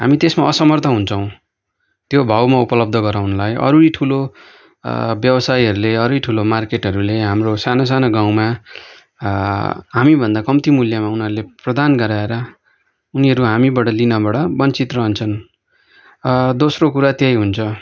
हामी त्यसमा असमर्थ हुन्छौँ त्यो भाउमा उपलब्ध गराउनलाई अरू नै ठुलो व्यावसायीहरूले अरू नै ठुलो मार्केटहरूले हाम्रो सानो सानो गाउँमा हामीभन्दा कम्ती मूल्यमा उनीहरूले प्रदान गराएर उनीहरू हामीबाट लिनबाट वञ्चित रहन्छन् दोस्रो कुरा त्यही हुन्छ